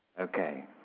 Okay